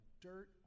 dirt